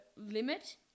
limit